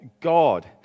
God